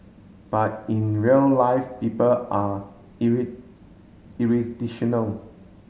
but in real life people are